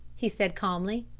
he said calmly.